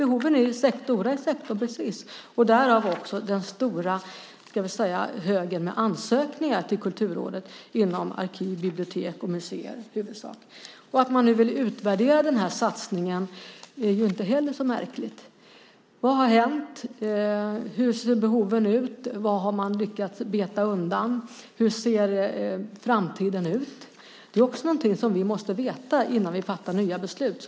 Behoven är stora i sektorn, därav den stora hög med ansökningar till Kulturrådet inom i huvudsak arkiv, bibliotek och museer. Att man nu vill utvärdera den här satsningen är ju inte heller så märkligt. Vad har hänt? Hur ser behoven ut? Vad har man lyckats beta undan? Hur ser framtiden ut? Det är också något som vi måste veta innan vi fattar nya beslut.